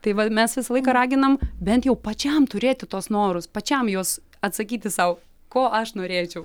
tai va mes visą laiką raginam bent jau pačiam turėti tuos norus pačiam juos atsakyti sau ko aš norėčiau